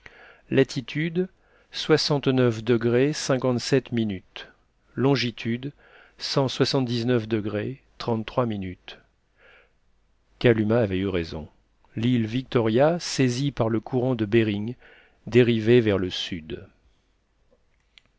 latitude longitude cent soixante-dix degrés kalumah avait eu raison l'île victoria saisie par le courant de behring dérivait vers le sud